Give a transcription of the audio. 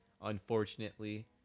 unfortunately